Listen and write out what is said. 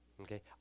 Okay